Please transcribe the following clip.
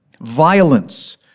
Violence